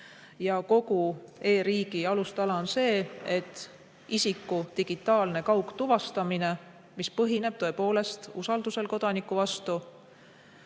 Ja kogu e‑riigi alustala on see, et isiku digitaalne kaugtuvastamine, mis põhineb tõepoolest usaldusel kodaniku vastu,